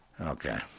Okay